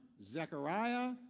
Zechariah